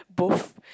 both